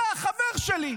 אתה החבר שלי,